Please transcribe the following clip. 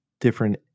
different